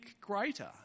greater